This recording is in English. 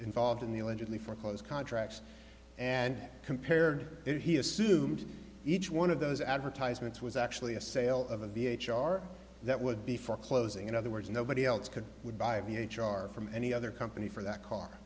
involved in the allegedly foreclosed contracts and compared it he assumed each one of those advertisements was actually a sale of a v h r that would be foreclosing in other words nobody else could would buy the h r from any other company for that car